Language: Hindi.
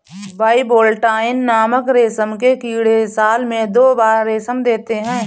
बाइवोल्टाइन नामक रेशम के कीड़े साल में दो बार रेशम देते है